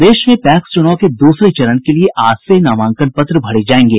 प्रदेश में पैक्स चुनाव के दूसरे चरण के लिए आज से नामांकन पत्र भरे जायेंगे